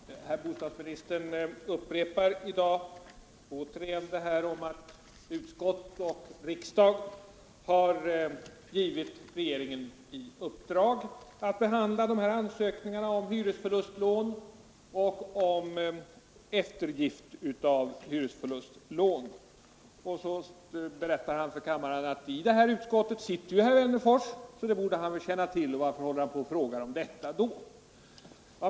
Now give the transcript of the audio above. Fru talman! Herr bostadsministern upprepar i dag återigen att utskottet och riksdagen har givit regeringen i uppdrag att behandla ansökningarna om hyresförlustlån och om eftergift av hyresförlustlån. Så berättar statsrådet för kammaren att i det här utskottet sitter herr Wennerfors. Detta borde han väl känna till — varför håller han på och frågar om detta?